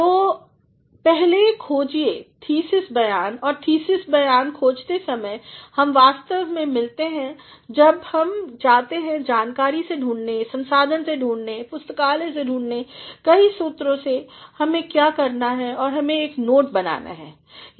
तो पहले खोजिए थीसिस बयान और थीसिस बयान खोजते समय हम वास्तव में मिलते हैं जब हम जातेहैं जानकारी से ढूंढ़ने संसाधन से ढूंढ़ने पुस्तकालय से ढूंढ़ने कई सूत्रों से हमें क्या करना है हमें एक नोट बनाना है